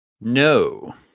No